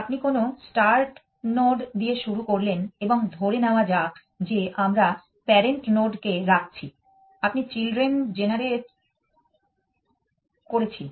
আপনি কোনো start node দিয়ে শুরু করলেন এবং ধরে নেওয়া যাক যে আমরা প্যারেন্ট নোড কে রাখছি আপনি চিলড্রেন জেনারেট করেছি